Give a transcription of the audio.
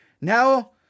now